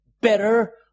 better